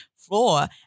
floor